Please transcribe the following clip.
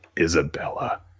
Isabella